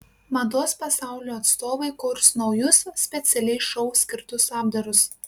mados pasaulio atstovai kurs naujus specialiai šou skirtus apdarus